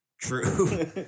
True